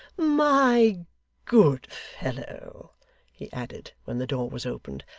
my good fellow he added, when the door was opened,